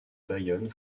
bayonne